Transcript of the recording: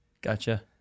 gotcha